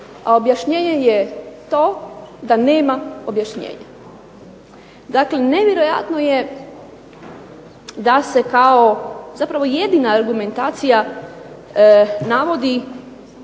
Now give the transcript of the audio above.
A objašnjenje je to da nema objašnjenja. Dakle, nevjerojatno je da se kao jedina argumentacija navodi